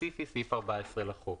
סעיף 14 לחוק.